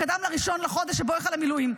שקדם ל-1 לחודש שבו החל את המילואים.